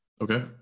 Okay